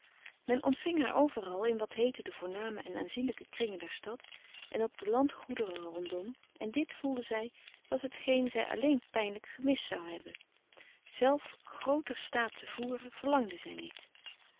men ontving haar overal in wat heette de voorname en aanzienlijke kringen der stad en op de landgoederen rondom en dit voelde zij was hetgeen zij alleen pijnlijk frederik van eeden van de koele meren des doods gemist zou hebben zelf grooter staat te voeren verlangde zij niet